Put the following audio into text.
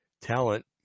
talent